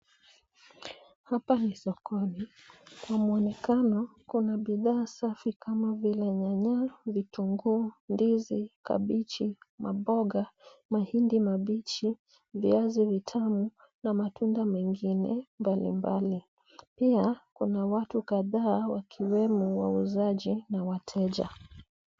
Hapa ni sokoni. Kwa mwonekano, kuna bidhaa safi kama vile: nyanya, vitunguu, ndizi, kabichi, maboga, mahindi mabichi, viazi vitamu na matunda mengine mbali mbali. Pia, kuna watu kadhaa wakiwemo wauzaji na wateja.